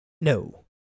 No